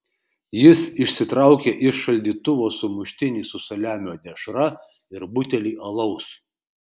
jis išsitraukė iš šaldytuvo sumuštinį su saliamio dešra ir butelį alaus